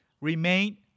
remain